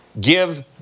give